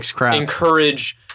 encourage